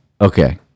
Okay